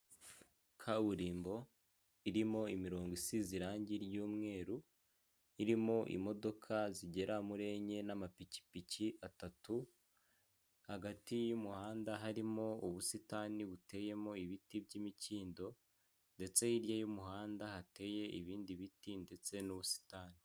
Kaburimbo irimo imirongo isize irangi ry'umweru irimo imodoka zigera muri enye n'amapikipiki atatu, hagati y'umuhanda harimo ubusitani buteyemo ibiti by'imikindo, ndetse hirya y'umuhanda hateye ibindi biti ndetse n'ubusitani.